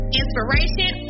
inspiration